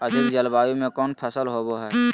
अधिक जलवायु में कौन फसल होबो है?